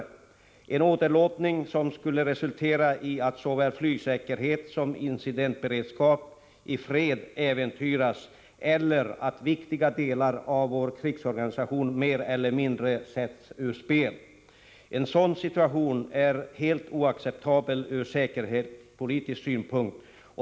En sådan åderlåtning skulle resultera i att såväl flygsäkerheten som incidentberedskapen i fred äventyras eller att viktiga delar av vår krigsorganisation mer eller mindre sätts ur spel. En sådan situation är helt oacceptabel ur säkerhetspolitisk synpunkt.